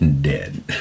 dead